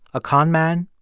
a con man,